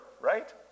right